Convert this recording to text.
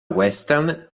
western